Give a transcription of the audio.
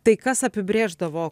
tai kas apibrėždavo